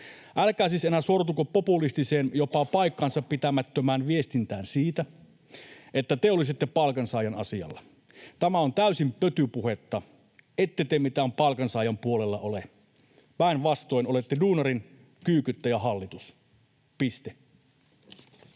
Älkää siis enää sortuko populistiseen, jopa paikkansapitämättömään viestintään siitä, että te olisitte palkansaajan asialla. Tämä on täysin pötypuhetta. Ette te mitään palkansaajan puolella ole, päinvastoin olette duunarin kyykyttäjähallitus. — Piste.